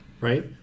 right